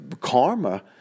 Karma